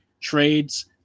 trades